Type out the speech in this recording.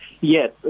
Yes